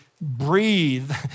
breathe